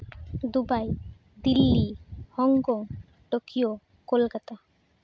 Dubai Delhi Hong Kong Tokyo Kolkata